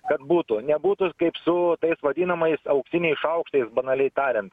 kad būtų nebūtų kaip su tais vadinamais auksiniais šaukštais banaliai tariant